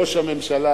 ראש הממשלה,